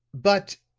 but,